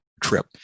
trip